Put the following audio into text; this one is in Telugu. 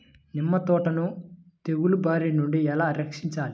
నిమ్మ తోటను తెగులు బారి నుండి ఎలా రక్షించాలి?